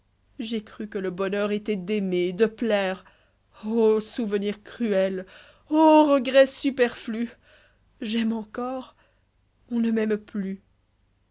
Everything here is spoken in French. sfé cru que le bonheur étoit d'aimer de plaire ô souvenir cruel ô regrets superflus j'aime encore on ne m'aime plus